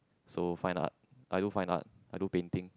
so fine art I do fine art I do painting